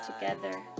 together